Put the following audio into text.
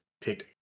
picked